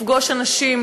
לפגוש אנשים,